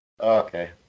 Okay